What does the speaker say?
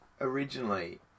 originally